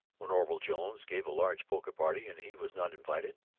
when orville jones gave a large poker party and he was not invited,